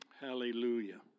Hallelujah